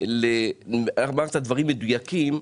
אמרת דברים מדויקים,